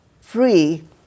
free